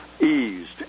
eased